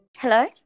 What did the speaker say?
Hello